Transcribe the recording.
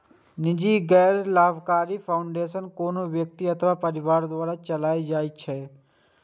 निजी गैर लाभकारी फाउंडेशन कोनो व्यक्ति अथवा परिवार द्वारा चलाएल जाइ छै